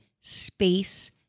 space